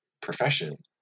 profession